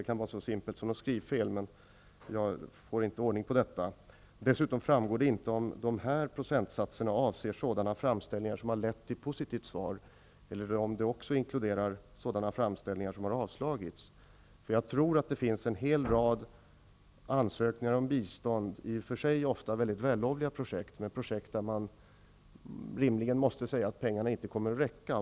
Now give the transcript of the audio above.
Det kan vara något så simpelt som ett skrivfel, men jag får inte ordning på detta. Det framgår inte heller om procentsatserna avser sådana framställningar som har lett till positivt svar eller om de också inkluderar sådana framställningar som har avslagits. Jag tror att det finns en hel rad ansökningar om bistånd till i och för sig mycket vällovliga projekt, men ändock projekt till vilka man rimligen måste säga att pengarna inte kommer att räcka.